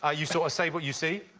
ah you saw a say what you see.